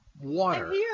water